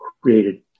created